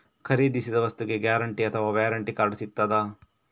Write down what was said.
ಖರೀದಿಸಿದ ವಸ್ತುಗೆ ಗ್ಯಾರಂಟಿ ಅಥವಾ ವ್ಯಾರಂಟಿ ಕಾರ್ಡ್ ಸಿಕ್ತಾದ?